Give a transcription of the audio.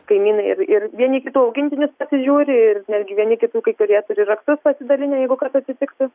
kaimynai ir ir vieni kitų augintinius pasižiūri ir netgi vieni kitų kai kurie turi raktus pasidalinę jeigu kas atsitiktų